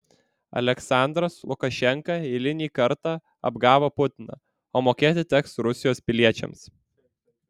aliaksandras lukašenka eilinį kartą apgavo putiną o mokėti teks rusijos piliečiams